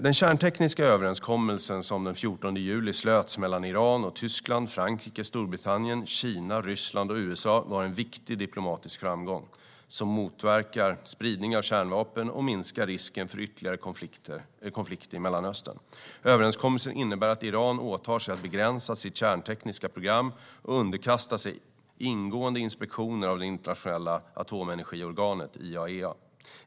Den kärntekniska överenskommelse som den 14 juli slöts mellan Iran och Tyskland, Frankrike, Storbritannien, Kina, Ryssland och USA var en viktig diplomatisk framgång som motverkar spridning av kärnvapen och minskar risken för ytterligare konflikt i Mellanöstern. Överenskommelsen innebär att Iran åtar sig att begränsa sitt kärntekniska program och underkasta sig ingående inspektioner av Internationella atomenergiorganet, IAEA.